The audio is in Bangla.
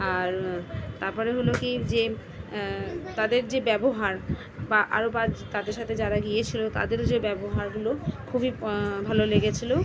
আর তারপরে হল কি যে তাদের যে ব্যবহার বা আরও বা তাদের সাথে যারা গিয়েছিল তাদের যে ব্যবহারগুলো খুবই ভালো লেগেছিল